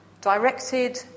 directed